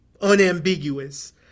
unambiguous